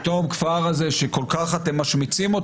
כפר שאתם כל כך משמיצים,